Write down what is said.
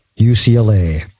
UCLA